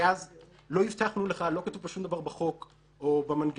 ואז לא הבטחנו לך לא כתוב פה שום דבר בחוק או במנגנון